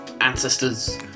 Ancestors